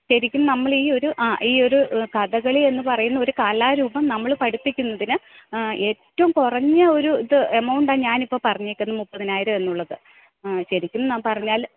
ശരിക്കും നമ്മൾ ഈ ഒരു ആ ഈ ഒരു കഥകളി എന്ന് പറയുന്ന ഒരു കലാരൂപം നമ്മൾ പഠിപ്പിക്കുന്നതിന് ഏറ്റവും കുറഞ്ഞ ഒരു ഇത് എമൗണ്ടാ ഞാൻ ഇപ്പം പറഞ്ഞേക്കുന്നത് മുപ്പതിനായിരം എന്നുള്ളത് ശരിക്കും പറഞ്ഞാൽ